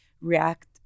react